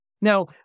Now